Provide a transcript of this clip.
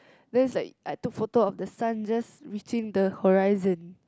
then is like I took photo of the sun just reaching the horizon